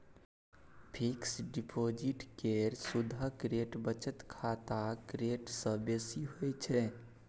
fix deposit केर सुदक rate बचत खाताक रेट सँ बेसी होइ छै